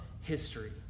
history